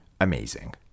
amazing